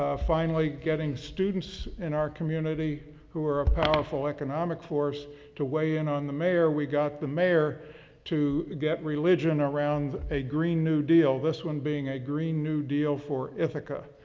ah finally getting students in our community who are a powerful economic force to weigh in on the mayor. we got the mayor to get religion around a green new deal. this one being a green new deal for ethica.